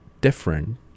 different